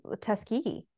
tuskegee